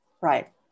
Right